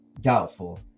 doubtful